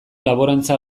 laborantza